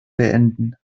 beenden